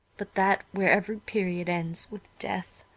but that where every period ends with death,